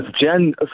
Jen